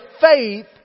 faith